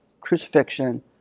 crucifixion